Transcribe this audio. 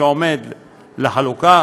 שעומד לחלוקה,